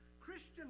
Christian